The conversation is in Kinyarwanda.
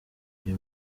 uyu